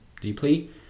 deeply